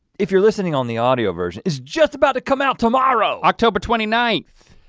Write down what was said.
if you're listening on the audio version is just about to come out tomorrow! october twenty ninth!